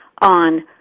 on